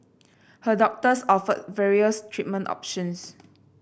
her doctors offered various treatment options